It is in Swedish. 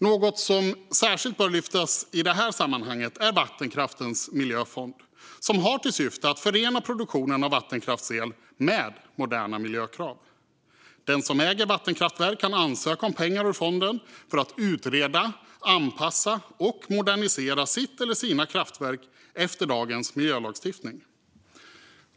Något som särskilt bör lyftas i det här sammanhanget är Vattenkraftens miljöfond, som har till syfte att förena produktionen av vattenkraftsel med moderna miljökrav. Den som äger vattenkraftverk kan ansöka om pengar ur fonden för att utreda, anpassa och modernisera sitt eller sina kraftverk efter dagens miljölagstiftning.